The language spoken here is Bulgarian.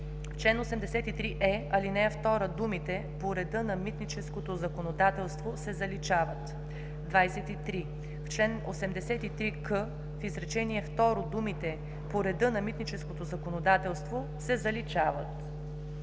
В чл. 83е, ал. 2 думите „по реда на митническото законодателство“ се заличават. 23. В чл. 83к, в изречение второ думите „по реда на митническото законодателство“ се заличават.